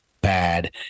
bad